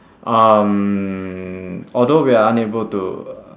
um although we are unable to uh